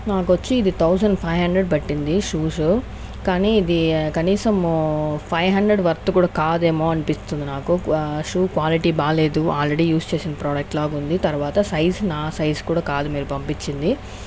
నాకు వచ్చి ఇది థౌసండ్ ఫైవ్ హండ్రెడ్ పట్టింది ఈ షూస్ కానీ ఇది కనీసం ఫైవ్ హండ్రెడ్ వర్త్ కూడా కాదేమో అనిపిస్తుంది నాకు షూస్ క్వాలిటీ బాగా లేదు ఆల్రెడీ యూస్ చేసిన ప్రోడక్ట్ లాగా ఉంది తర్వాత సైజు నా సైజు కూడా కాదు మీరు పంపించింది